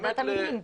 זה עבודת עמיתים,